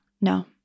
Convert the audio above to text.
No